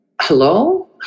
Hello